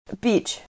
Beach